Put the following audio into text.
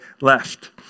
left